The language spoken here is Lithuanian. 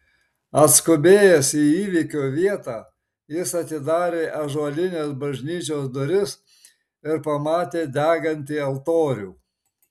atskubėjęs į įvykio vietą jis atidarė ąžuolines bažnyčios duris ir pamatė degantį altorių